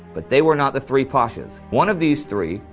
but they were not the three pashas. one of these three,